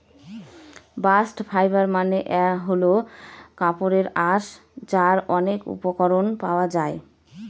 bast fibre মানে হল কাপড়ের আঁশ যার অনেক উপকরণ পাওয়া যায়